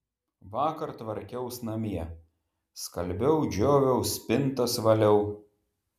vakar tvarkiaus namie skalbiau džioviau spintas valiau